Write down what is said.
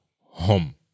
home